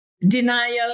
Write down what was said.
denial